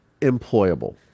employable